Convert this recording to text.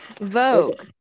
Vogue